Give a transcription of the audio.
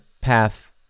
path